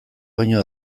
baino